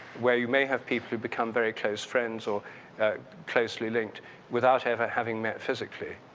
where you may have people who've become very close friends or closely linked without ever having met physically.